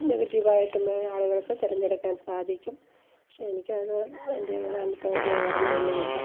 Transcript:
നെഗറ്റീവായിട്ടും മേണെ ആളുകൾക്കു തിരഞ്ഞെടുക്കാൻ സാധിക്കും പക്ഷെ എനിക്കത് എൻ്റെ ഏതാണിപ്പം വലിയ ഓർമ്മയൊന്നുമില്ല